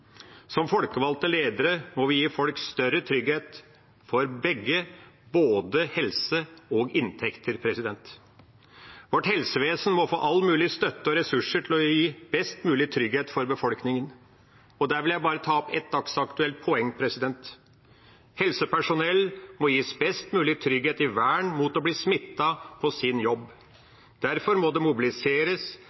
Som folkevalgte ledere må vi gi folk større trygghet for begge, både helse og inntekter. Vårt helsevesen må få all mulig støtte og ressurser til å gi best mulig trygghet for befolkningen. Der vil jeg ta opp et dagsaktuelt poeng: Helsepersonell må gis best mulig trygghet i vern mot å bli smittet på jobb. Derfor må vi på ulike samfunnsområder mobilisere det